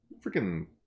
Freaking